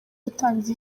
gutangiza